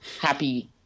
happy